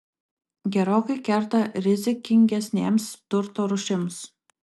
gerokai kerta rizikingesnėms turto rūšims